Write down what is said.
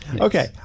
Okay